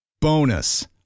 Bonus